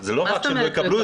זה לא רק שהם לא יקבלו,